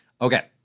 Okay